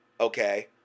okay